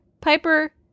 Piper